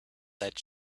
that